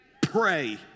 Pray